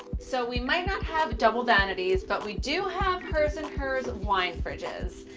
so we might not have double vanities, but we do have hers and hers wine fridges.